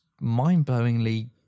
mind-blowingly